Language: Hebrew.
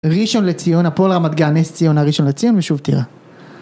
ראשון לציון, הפועל רמת גן, נס ציונה, ראשון לציון ושוב טירה.